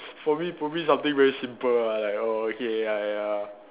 for me probably something very simple ah like oh okay ya ya